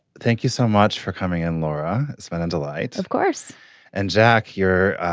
thank you so much for coming in laura. spending delights of course and jack your